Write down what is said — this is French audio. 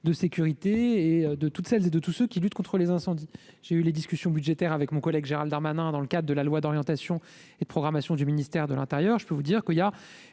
de sécurité, de toutes celles et de tous ceux qui luttent contre les incendies. Des discussions budgétaires se sont tenues avec mon collègue Gérald Darmanin dans le cadre de la loi d'orientation et de programmation du ministère de l'intérieur. La programmation,